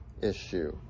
issue